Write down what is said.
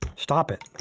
stop it.